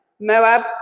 Moab